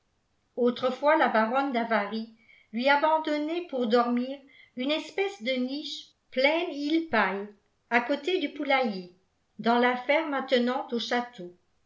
autrefois la baronne d'avary lui abandonnait pour dormir une espèce de niche pleine de paille à coté du poulailler dans la ferme attenante au château